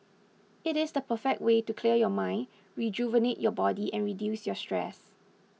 it is the perfect way to clear your mind rejuvenate your body and reduce your stress